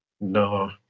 No